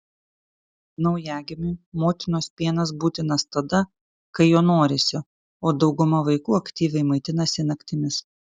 naujagimiui motinos pienas būtinas tada kai jo norisi o dauguma vaikų aktyviai maitinasi naktimis